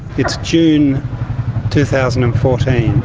it's june two thousand and fourteen,